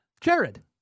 Jared